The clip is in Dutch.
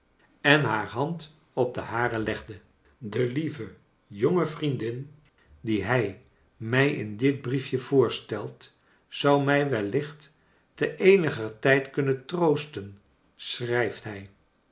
en haar hand op de hare legde de lie ve j onge vriendin die hij mij in dit briefje voorstelt zou mij wellicht te eeniger tijd kunnen troosten schrijft hij